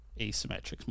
asymmetric